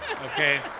Okay